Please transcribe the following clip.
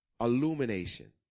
illumination